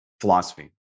philosophy